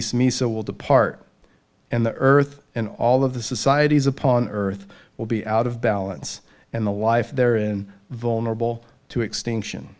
me so will depart and the earth and all of the societies upon earth will be out of balance and the life there in vulnerable to extinction